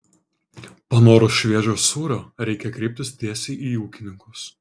panorus šviežio sūrio reikia kreiptis tiesiai į ūkininkus